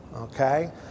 okay